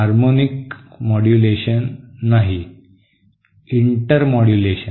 harmonic modulation नाही intermodulation